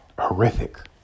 horrific